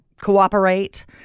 cooperate